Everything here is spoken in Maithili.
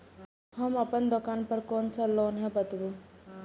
हम अपन दुकान पर कोन सा लोन हैं बताबू?